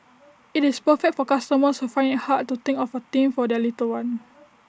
IT is perfect for customers who find IT hard to think of A theme for their little one